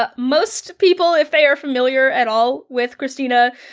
but most people, if they are familiar at all with kristina,